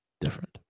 different